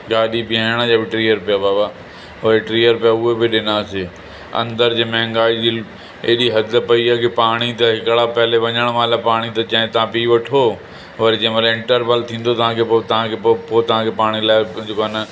गाॾी बीहाइण जा बि टीह रुपया बाबा वरी टीह रुपया उहे बि ॾिनासीं अंदरि जी महांगाई जी एॾी हद पई आहे की पाणी त हिकिड़ा पहिले वञणु महिल पाणी त चयईं तव्हां पी वठो वरी जेमहिल इंटरवल थींदो तव्हांखे पोइ तव्हांखे पोइ तव्हांखे पाणी लाइ पंहिंजो पाण